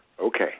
okay